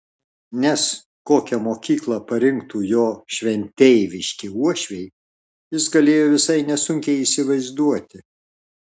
nes kokią mokyklą parinktų jo šventeiviški uošviai jis galėjo visai nesunkiai įsivaizduoti